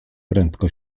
prędko